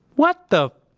what the!